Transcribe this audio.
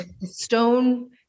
stone